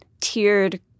tiered